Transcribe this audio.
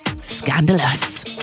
Scandalous